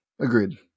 Agreed